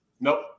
Nope